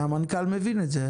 והמנכ"ל מבין את זה.